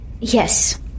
Yes